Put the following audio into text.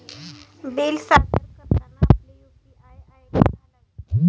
bill सादर करताना आपले यू.पी.आय आय.डी घालावे